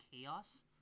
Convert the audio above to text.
chaos